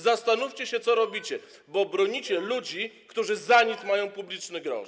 Zastanówcie się, co robicie, bo bronicie ludzi, którzy za nic mają publiczny grosz.